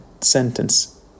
sentence